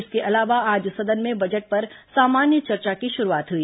इसके अलावा आज सदन में बजट पर सामान्य चर्चा की शुरूआत हुई